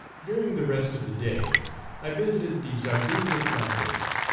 during the rest of the day i visited the jardin des plantes,